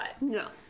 No